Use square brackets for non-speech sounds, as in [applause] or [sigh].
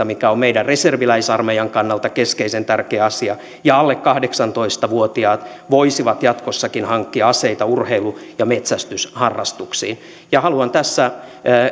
[unintelligible] mikä on meidän reserviläisarmeijan kannalta keskeisen tärkeä asia ja alle kahdeksantoista vuotiaat voisivat jatkossakin hankkia aseita urheilu ja metsästysharrastuksiin haluan tässä